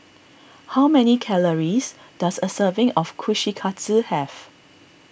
how many calories does a serving of Kushikatsu have